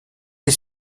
les